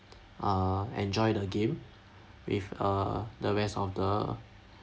uh enjoy the game with uh the rest of the